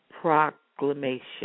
proclamation